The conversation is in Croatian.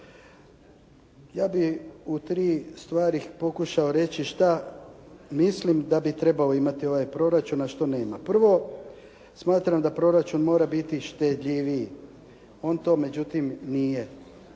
Ja bih u tri stvari pokušao reći šta mislim da bi trebao imati ovaj proračun a što nema. Prvo, smatram da proračun mora biti štedljiviji. On to međutim nije.